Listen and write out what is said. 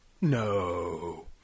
No